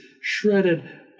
shredded